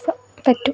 so പറ്റും